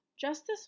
Justice